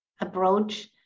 approach